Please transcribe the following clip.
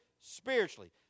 spiritually